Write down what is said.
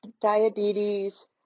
diabetes